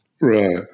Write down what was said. Right